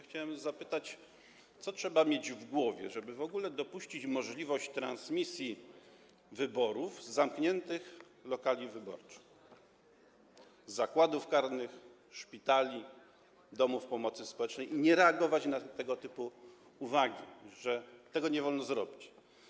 Chciałem zapytać, co trzeba mieć w głowie, żeby w ogóle dopuścić możliwość transmisji wyborów z zamkniętych lokali wyborczych, tj. zakładów karnych, szpitali, domów pomocy społecznej, i nie reagować na tego typu uwagi, że tego nie wolno zrobić.